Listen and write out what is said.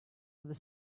other